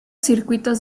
circuitos